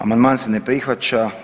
Amandman se ne prihvaća.